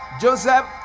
joseph